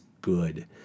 good